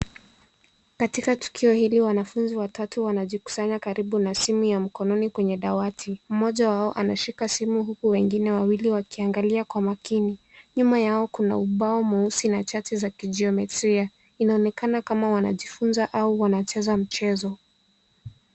Katika tukio hili wanafunzi watatu wanajikusanya karibu na simu ya mkononi kwenye dawati. Mmoja wao anashika simu huku wengine wawili wakiangalia kwa makini. Nyuma yao kuna ubao mweusi na chati za kijiometria. Inaonekana kama wanajifunza au wanacheza mchezo.